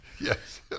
Yes